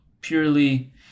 purely